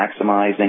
maximizing